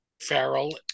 Farrell